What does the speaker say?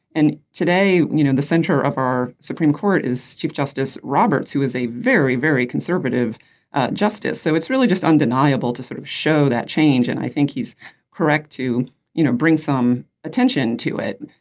and today you know the center of our supreme court is chief justice roberts who is a very very conservative justice. so it's really just undeniable to sort of show that change and i think he's correct to you know bring some attention to it.